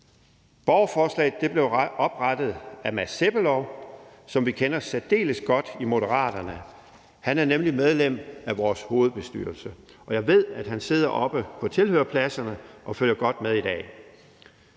Borgerforslaget blev oprettet af Mads Sebbelov, som vi kender særdeles godt i Moderaterne. Han er nemlig medlem af vores hovedbestyrelse, og jeg ved, at han sidder oppe på tilhørerpladserne og følger godt med i dag,